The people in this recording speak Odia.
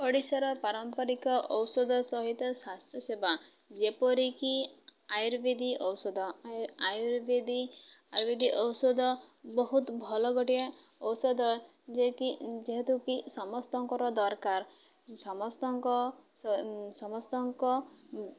ଓଡ଼ିଶାର ପାରମ୍ପରିକ ଔଷଧ ସହିତ ସ୍ୱାସ୍ଥ୍ୟ ସେବା ଯେପରିକି ଆୟୁର୍ବେଦ ଔଷଧ ଆୟୁର୍ବେଦ ଆୟୁର୍ବେଦ ଔଷଧ ବହୁତ ଭଲ ଗୋଟିଏ ଔଷଧ ଯେ କିି ଯେହେତୁ କିି ସମସ୍ତଙ୍କର ଦରକାର ସମସ୍ତଙ୍କ ସମସ୍ତଙ୍କ